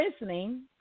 listening